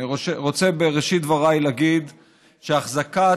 אני רוצה בראשית דבריי להגיד שהחזקת